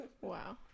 Wow